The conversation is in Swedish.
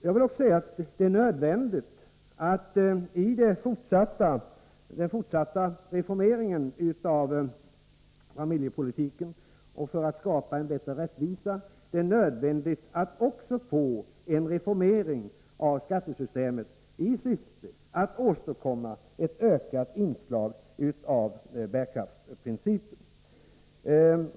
För att skapa bättre rättvisa i familjepolitiken är det nödvändigt att även få en reformering av skattesystemet i syfte att åstadkomma ett ökat inslag av bärkraftsprincipen.